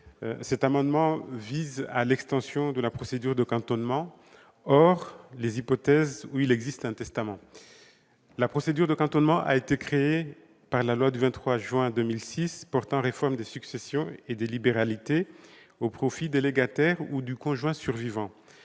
Ces amendements visent à étendre la procédure de cantonnement en dehors des hypothèses où il existe un testament. La procédure de cantonnement a été créée par la loi du 23 juin 2006 portant réforme des successions et des libéralités, au profit des légataires ou du conjoint survivant.